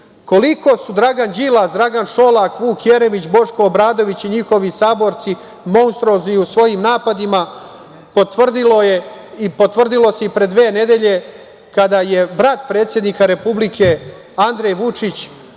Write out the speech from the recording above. Koliko su Dragan Đilas, Dragan Šolak, Vuk Jeremić, Boško Obradović, i njihovi saborci monstruozni u svojim napadima potvrdilo se i pre dve nedelje kada je brat predsednika Republike,